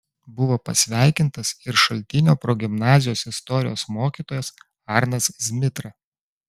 buvo pasveikintas ir šaltinio progimnazijos istorijos mokytojas arnas zmitra